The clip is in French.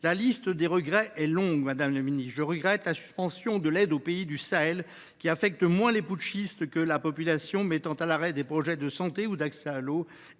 La liste des regrets est longue, madame la ministre ! Je regrette la suspension de l’aide aux pays du Sahel, qui affecte moins les putschistes que la population, mettant à l’arrêt des projets de santé ou d’accès à l’eau,